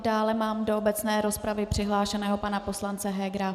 Dále mám do obecné rozpravy přihlášeného pana poslance Hegera.